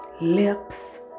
Lips